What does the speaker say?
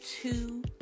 two